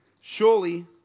Surely